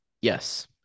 Yes